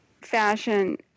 fashion